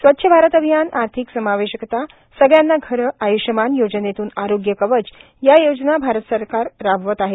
स्वच्छ भारत अभियान आर्थिक समावेशकता सगळ्यांना घरं आयृष्यमान योजनेत्न आरोग्य कवच या योजना भारत राबवत आहे